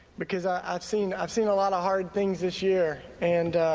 because i've seen i've seen a lot of hard things this year and